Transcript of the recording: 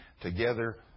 together